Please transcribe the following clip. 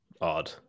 odd